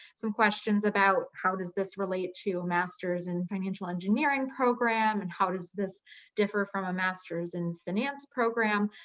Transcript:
some questions about how does this relate to a master's in financial engineering program, and how does this differ from a master's in finance program?